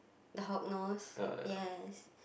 the hognose yes